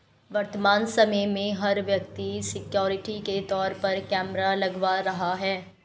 वर्तमान समय में, हर व्यक्ति सिक्योरिटी के तौर पर कैमरा लगवा रहा है